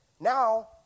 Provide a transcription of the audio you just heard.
Now